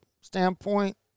standpoint